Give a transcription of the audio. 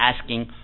asking